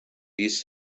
these